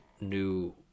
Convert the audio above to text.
new